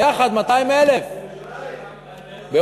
יחד 200,000. ירושלים.